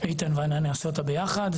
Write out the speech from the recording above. איתן ואני נעשה אותה ביחד.